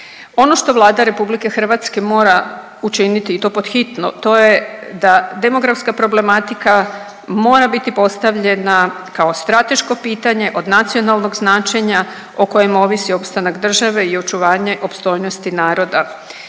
Ono što Vlada RH mora učiniti i to pod hitno, to je da demografska problematika mora biti postavljena kao strateško pitanje od nacionalnog značenja, o kojima ovisi opstanak države i očuvanje opstojnosti naroda